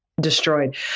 destroyed